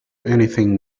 anything